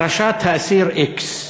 פרשת האסיר x.